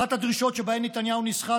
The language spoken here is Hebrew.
אחת הדרישות שבהן נתניהו נסחט,